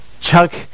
Chuck